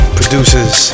producers